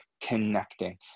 connecting